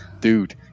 dude